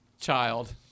child